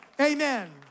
amen